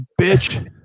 bitch